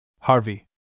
Harvey